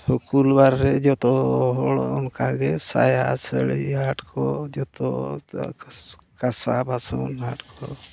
ᱥᱩᱠᱩᱞ ᱵᱟᱨ ᱨᱮ ᱡᱚᱛᱚ ᱦᱚᱲ ᱚᱱᱠᱟ ᱜᱮ ᱥᱟᱭᱟ ᱥᱟᱹᱲᱤ ᱦᱟᱴ ᱠᱚ ᱡᱚᱛᱚ ᱠᱟᱸᱥᱟ ᱵᱟᱥᱚᱱ ᱦᱟᱴ ᱠᱚ